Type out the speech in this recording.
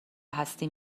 هستی